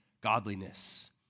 godliness